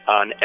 on